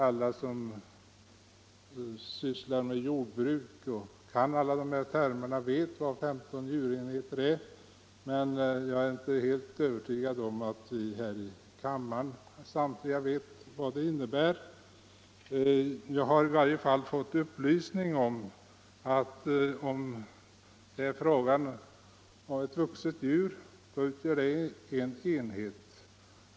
Alla som sysslar med jordbruk och kan de här termerna vet naturligtvis vad 15 djurenheter är, men jag är inte helt övertygad om att samtliga i kammaren vet vad det innebär. Jag har fått upplysningen att ett vuxet djur utgör en enhet.